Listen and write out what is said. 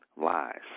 lies